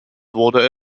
wurde